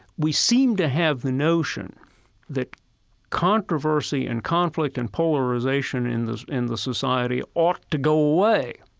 we seem to have the notion that controversy and conflict and polarization in the in the society ought to go away,